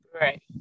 right